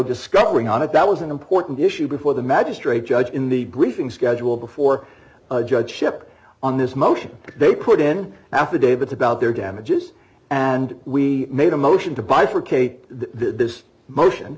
discovering on it that was an important issue before the magistrate judge in the briefing schedule before judge ship on this motion they put in affidavits about their damages and we made a motion to bifurcate this motion